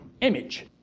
image